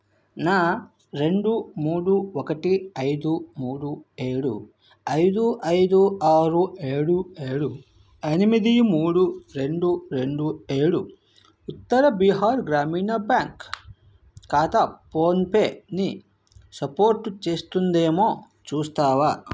నా రెండు మూడు ఒకటి ఐదు మూడు ఏడు ఐదు ఐదు ఆరు ఏడు ఏడు ఎనిమిది మూడు రెండు రెండు ఏడు ఉత్తర బీహార్ గ్రామీణ బ్యాంక్ ఖాతా ఫోన్పేని సపోర్టు చేస్తుందేమో చూస్తావా